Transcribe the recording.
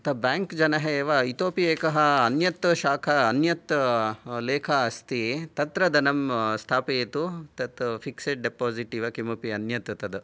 तद् बेङ्क् जनः एव इतोऽपि एकः अन्यत् शाखा अन्यत् लेखा अस्ति तत्र धनं स्थापयतु तत् फिक्सेड् डेपोसिट् इव किमपि अन्यत् तद्